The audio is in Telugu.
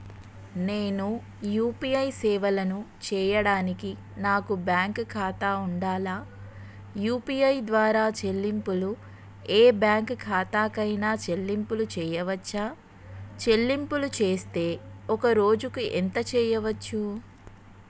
నేను యూ.పీ.ఐ సేవలను చేయడానికి నాకు బ్యాంక్ ఖాతా ఉండాలా? యూ.పీ.ఐ ద్వారా చెల్లింపులు ఏ బ్యాంక్ ఖాతా కైనా చెల్లింపులు చేయవచ్చా? చెల్లింపులు చేస్తే ఒక్క రోజుకు ఎంత చేయవచ్చు?